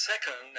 second